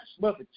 mother